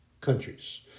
countries